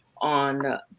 On